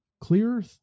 clear